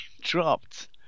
dropped